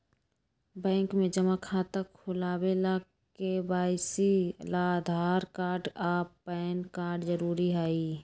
bank में जमा खाता खुलावे ला के.वाइ.सी ला आधार कार्ड आ पैन कार्ड जरूरी हई